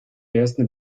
ersten